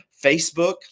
Facebook